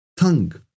tongue